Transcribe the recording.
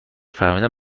فهمیدم